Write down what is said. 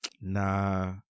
Nah